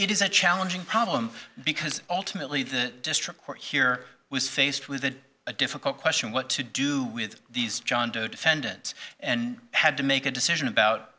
it is a challenging problem because ultimately the district court here was faced with a difficult question what to do with these john doe defendants and had to make a decision about